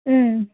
ம்